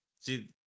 See